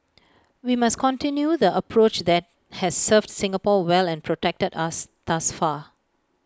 we must continue the approach that has served Singapore well and protected us thus far